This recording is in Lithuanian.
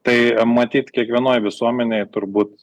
tai matyt kiekvienoj visuomenėj turbūt